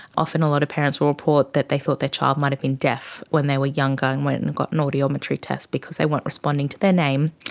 often a lot of parents will report that they thought their child might have been deaf when they were younger and went and got an audiometry test because they weren't responding to their name.